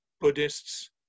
Buddhists